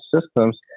systems